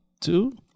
Two